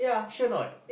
sure not